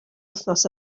wythnos